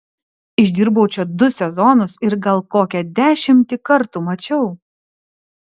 išdirbau čia du sezonus ir gal kokią dešimtį kartų mačiau